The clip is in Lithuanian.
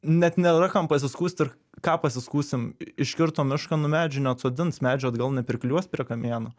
net nėra kam pasiskųst ir ką pasiskųsim iškirto mišką nu medžių neatsodins medžių atgal nepriklijuos prie kamieno